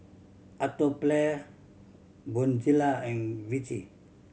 Atopiclair Bonjela and Vichy